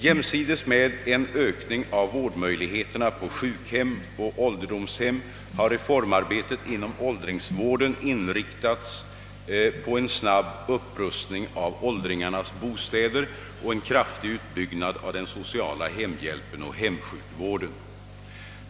Jämsides med en ökning av vårdmöjligheterna på sjukhem och ålderdomshem har reformarbetet inom åldringsvården inriktats på en snabb upprustning av åldringarnas bostäder och en kraftig utbyggnad av den sociala hemhjälpen och hemsjukvården.